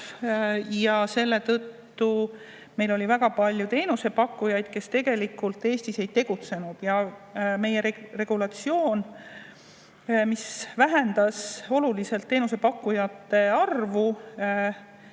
ja selle tõttu oli meil väga palju teenusepakkujaid, kes tegelikult Eestis ei tegutsenud. Meie regulatsioon küll vähendas oluliselt teenusepakkujate arvu,